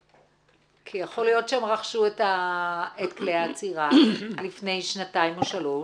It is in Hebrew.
כי יכול להיות שהן רכשו את כלי העצירה לפני שנתיים או שלוש,